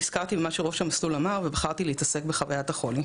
נזכרתי במה שאמר לי ראש המסלול ובחרתי להתעסק בחוויית החולי.